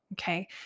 okay